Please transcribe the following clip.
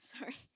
sorry